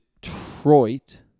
Detroit